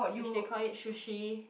which they called it Sushi